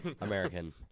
American